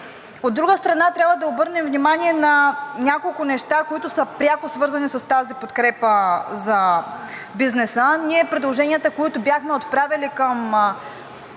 От друга страна, трябва да обърнем внимание на няколко неща, които са пряко свързани с тази подкрепа за бизнеса. Предложенията, които бяхме отправили към